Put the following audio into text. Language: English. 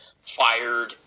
fired